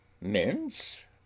mince